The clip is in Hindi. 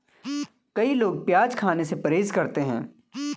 कई लोग प्याज खाने से परहेज करते है